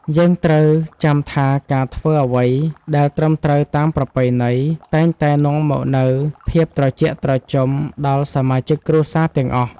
យើងត្រូវចាំថាការធ្វើអ្វីដែលត្រឹមត្រូវតាមប្រពៃណីតែងតែនាំមកនូវភាពត្រជាក់ត្រជុំដល់សមាជិកគ្រួសារទាំងអស់។